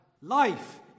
life